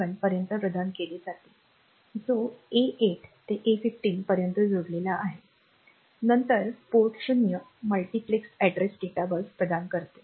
7 पर्यंत प्रदान केले जाते जो A8 ते A15 पर्यंत जोडलेला आहे नंतर port 0 multiplex address data bus प्रदान करते